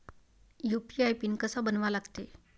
UPI PIN कसा बनवा लागते?